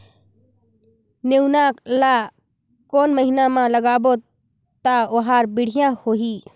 नेनुआ ला कोन महीना मा लगाबो ता ओहार बेडिया होही?